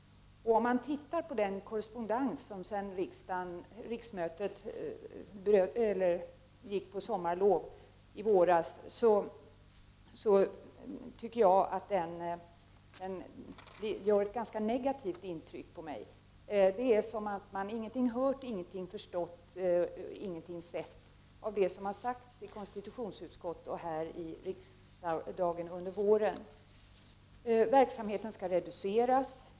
Om man studerar den korrespondens som förekommit sedan riksdagen tog sommarlov i våras, skall man finna att den gör ett ganska negativt intryck, i varje fall på mig. Det är som om man ingenting hört, ingenting förstått eller sett av det som sagts i konstitutionsutskottet och i riksdagens kammare under våren. Verksamheten skall reduceras.